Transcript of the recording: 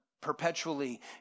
perpetually